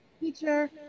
Teacher